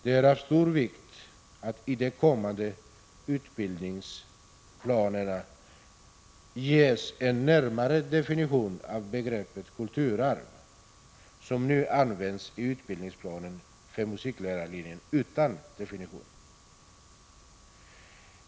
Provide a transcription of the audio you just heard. Det är av stor vikt att det i de kommande utbildningsplanerna ges en närmare definition av begreppet ”kulturarv”, som nu används utan definition i utbildningsplanen för musiklärarlinjen.